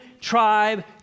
tribe